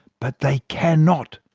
but they can not!